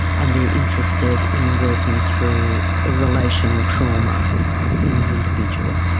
and they are interested in working through relational trauma in the individual.